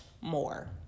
more